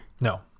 No